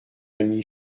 ami